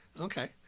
Okay